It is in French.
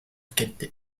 qualités